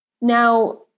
Now